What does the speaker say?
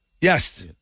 Yes